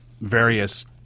various